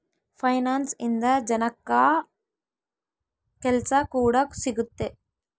finance ಇಂದ ಜನಕ್ಕಾ ಕೆಲ್ಸ ಕೂಡ ಸಿಗುತ್ತೆ